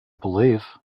believe